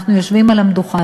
אנחנו יושבים על המדוכה.